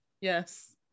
yes